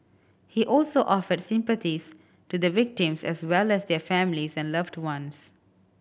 he also offered sympathies to the victims as well as their families and loved ones